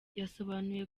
yasobanuye